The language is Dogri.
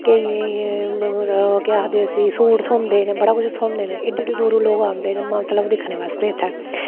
केइयें गी केह् आखदे उस्सी सूट थ्होंदे न बड़ा कुछ थोहंदे न एड्डे एड्डे दूरूं लोग औंदे न मतलब दिक्खने बास्ते इत्थै